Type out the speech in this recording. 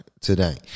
today